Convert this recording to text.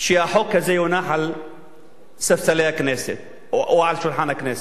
שהחוק הזה יונח על ספסלי הכנסת או על שולחן הכנסת.